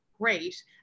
great